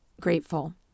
grateful